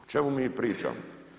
O čemu mi pričamo?